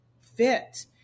fit